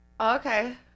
okay